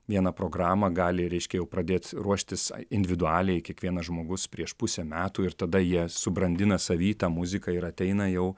vieną programą gali reiškia jau pradėt ruoštis individualiai kiekvienas žmogus prieš pusę metų ir tada jie subrandina savy tą muziką ir ateina jau